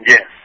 Yes